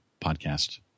podcast